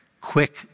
quick